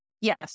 Yes